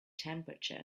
temperature